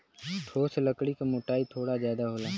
ठोस लकड़ी क मोटाई थोड़ा जादा होला